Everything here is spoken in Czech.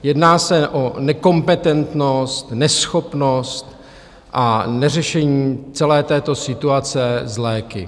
Jedná se o nekompetentnost, neschopnost a neřešení celé této situace s léky.